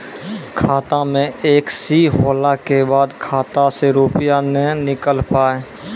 खाता मे एकशी होला के बाद खाता से रुपिया ने निकल पाए?